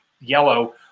yellow